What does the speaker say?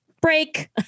break